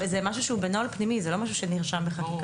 זה לא משהו שנרשם בחקיקה,